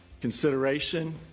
consideration